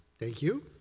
thank you.